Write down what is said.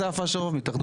מה השם